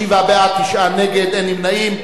37 בעד, תשעה נגד, אין נמנעים.